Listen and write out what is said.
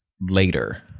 later